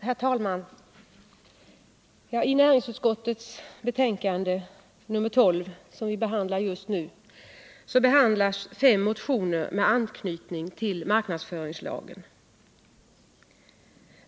Herr talman! I näringsutskottets betänkande 1979/80:12 behandlas fem motioner från föregående riksmöte, med anknytning till marknadsföringslagen.